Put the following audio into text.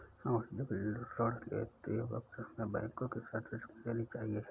वाणिज्यिक ऋण लेते वक्त हमें बैंको की शर्तें समझ लेनी चाहिए